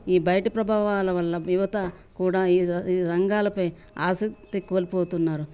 ఈ బయట ప్రభావాల వల్ల యువత కూడా ఈ ఈ రంగాలపై ఆసక్తిని కోల్పోతున్నారు